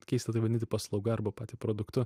keista tai vadinti paslauga arba pati produktu